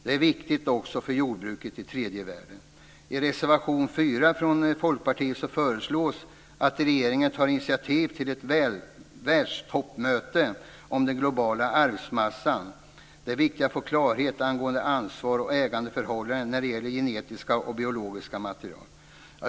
Det är viktigt också för jordbruket i tredje världen. I reservation 4 från Folkpartiet föreslås att regeringen tar initiativ till ett världstoppmöte om den globala arvsmassan. Det är viktigt att få klarhet angående ansvars och ägandeförhållanden när det gäller genetiskt och biologiskt material.